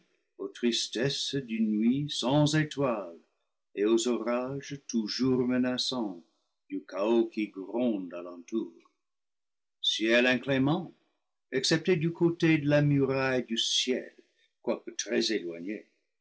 aux tristesses d'une nuit sans étoiles et aux orages toujours menaçants du chaos qui grondé alentour ciel inclément excepté du côté de la muraille du ciel quoique très éloignée